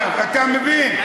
אתה מבין?